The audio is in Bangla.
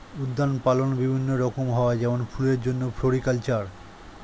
উদ্যান পালন বিভিন্ন রকম হয় যেমন ফুলের জন্যে ফ্লোরিকালচার